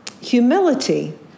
Humility